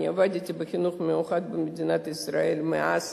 אני עבדתי בחינוך מיוחד במדינת ישראל מאז